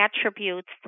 attributes